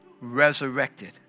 resurrected